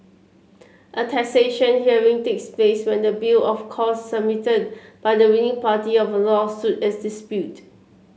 a taxation hearing takes place when the bill of costs submitted by the winning party of a lawsuit is disputed